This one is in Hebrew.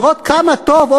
לראות כמה טוב,